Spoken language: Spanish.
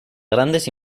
grandes